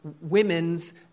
women's